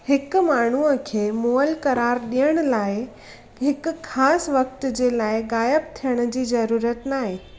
हिकु माण्हूअ खे मुअल क़रार ॾियण लाइ हिकु ख़ासि वक़्त जे लाइ गाइबु थियण जी जरूरत न आहे